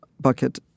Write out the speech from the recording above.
bucket